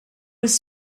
was